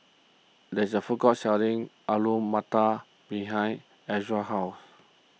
there is a food court selling Alu Matar behind Elza's house